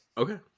Okay